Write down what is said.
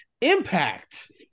Impact